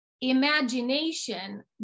imagination